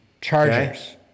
Chargers